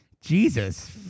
Jesus